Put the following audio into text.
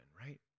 right